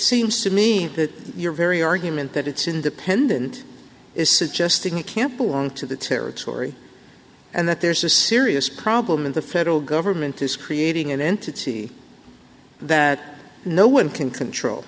seems to me that your very argument that it's independent is suggesting it can't belong to the territory and that there's a serious problem in the federal government is creating an entity that no one can control